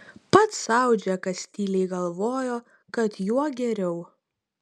pats sau džekas tyliai galvojo kad juo geriau